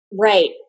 right